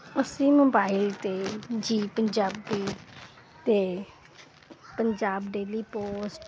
ਅਸੀਂ ਮੋਬਾਇਲ ਤੇ ਜੀ ਪੰਜਾਬੀ ਤੇ ਪੰਜਾਬ ਡੇਲੀ ਪੋਸਟ